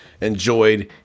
enjoyed